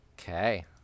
okay